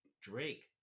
Drake